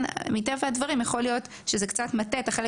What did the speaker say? מטבע הדברים יכול להיות שזה קצת מטה את החלק